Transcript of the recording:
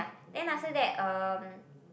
then I said that um